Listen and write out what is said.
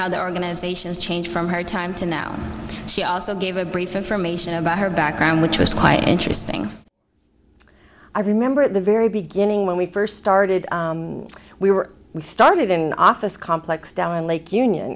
how their organizations change from her time to now she also gave a brief information about her background which was quite interesting i remember at the very beginning when we first started we were we started an office complex down in lake union